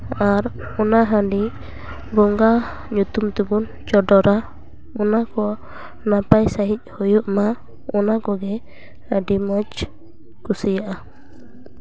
ᱟᱨ ᱚᱱᱟ ᱦᱟᱺᱰᱤ ᱵᱚᱸᱜᱟ ᱧᱩᱛᱩᱢ ᱛᱮᱵᱚᱱ ᱪᱚᱰᱚᱨᱟ ᱚᱱᱟ ᱠᱚ ᱱᱟᱯᱟᱭ ᱥᱟᱺᱦᱤᱡ ᱦᱳᱭᱳᱜ ᱢᱟ ᱚᱱᱟ ᱠᱚᱜᱮ ᱟᱹᱰᱤ ᱢᱚᱡᱽ ᱠᱩᱥᱤᱭᱟᱜᱼᱟ